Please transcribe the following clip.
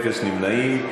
אין נמנעים.